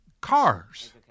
cars